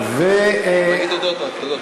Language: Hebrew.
תודות.